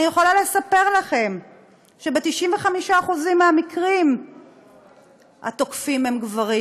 אני יכולה לספר לכם שב-95% מהמקרים התוקפים הם גברים,